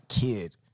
kid